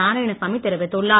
நாரயாணசாமி தெரிவித்துள்ளார்